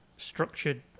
structured